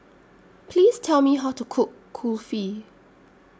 Please Tell Me How to Cook Kulfi